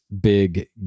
big